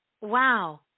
Wow